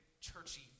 churchy